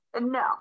No